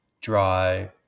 dry